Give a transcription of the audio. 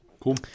cool